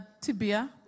tibia